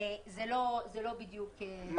זה לא בדיוק ---.